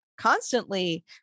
constantly